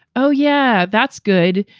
oh, yeah, that's good.